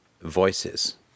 voices